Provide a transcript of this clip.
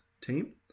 team